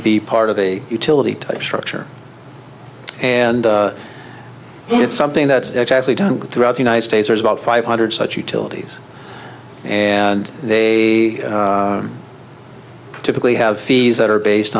be part of a utility type structure and it's something that's actually done throughout the united states or is about five hundred such utilities and they typically have fees that are based